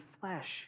flesh